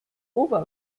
ober